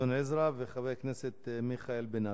גדעון עזרא וחבר הכנסת מיכאל בן-ארי.